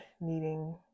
needing